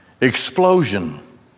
explosion